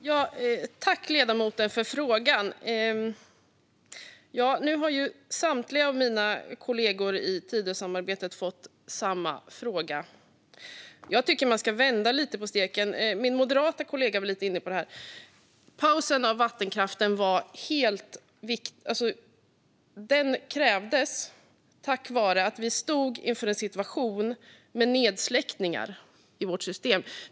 Fru talman! Jag tackar ledamoten för frågan. Nu har samtliga av mina kollegor i Tidösamarbetet fått samma fråga. Jag tycker att man ska vända lite på steken. Min moderata kollega var lite inne på det. Pausen för vattenkraften krävdes på grund av att vi stod inför en situation med nedsläckningar i vårt system.